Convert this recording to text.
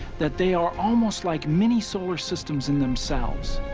that they are almost like mini-solar-systems, in themselves.